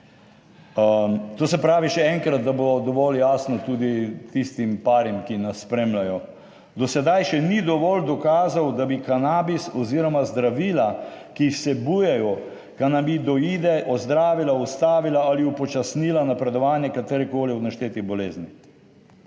To se pravi, še enkrat, da bo dovolj jasno tudi tistim parim, ki nas spremljajo. Do sedaj še ni dovolj dokazov, da bi kanabis oziroma zdravila, ki vsebujejo kanabinoide ozdravila, ustavila ali upočasnila napredovanje katerekoli od naštetih bolezni.